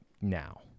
now